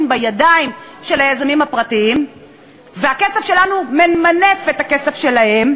בידיים של היזמים הפרטיים והכסף שלנו ממנף את הכסף שלהם,